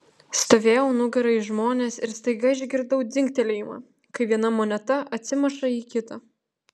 stovėjau nugara į žmones ir staiga išgirdau dzingtelėjimą kai viena moneta atsimuša į kitą